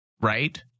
right